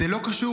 זה לא קשור.